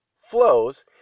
flows